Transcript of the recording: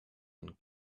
and